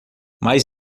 mais